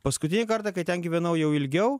paskutinį kartą kai ten gyvenau jau ilgiau